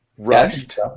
Rushed